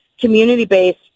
community-based